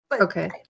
okay